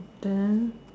then